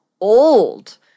old